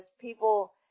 people